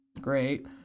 great